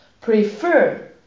Prefer